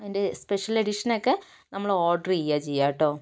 അതിൻ്റെ സ്പെഷ്യൽ എഡിഷനൊക്കെ നമ്മൾ ഓർഡർ ചെയ്യാ ചെയ്യാ കേട്ടോ